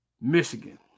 Michigan